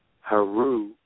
Haru